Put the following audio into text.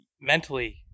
Mentally